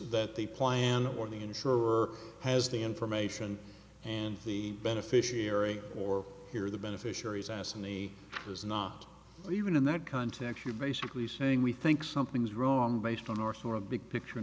that the plan or the insurer has the information and the beneficiary or here are the beneficiaries as in the is not even in that context you're basically saying we think something's wrong based on or for a big picture